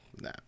Nah